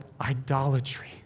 idolatry